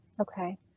Okay